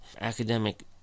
academic